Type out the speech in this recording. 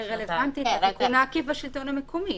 השאלה של חברת הכנסת פרידמן רלוונטית לתיקון העקיף בשלטון המקומי,